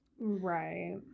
Right